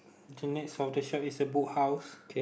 to next of the shop is a Book House